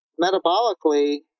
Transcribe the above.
metabolically